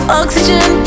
oxygen